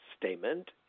statement